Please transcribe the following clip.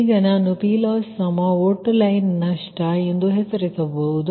ಈಗ ನಾನು PLoss ಒಟ್ಟು ಲೈನ್ ನಷ್ಟ ಎಂದು ಹೆಸರಿಸಬಹುದು